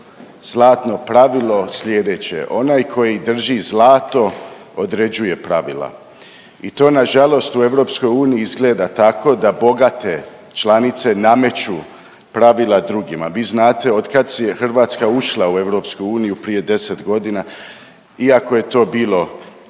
zlatno pravilo sljedeće. Onaj koji drži zlato određuje pravila i to na žalost u EU izgleda tako da bogate članice nameću pravila drugima. Vi znate od kad je Hrvatska ušla u EU prije 10 godina iako je to bilo